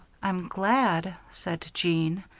i'm glad, said jeanne,